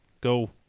go